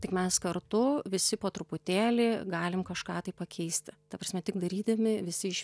tik mes kartu visi po truputėlį galim kažką tai pakeisti ta prasme tik darydami visi iš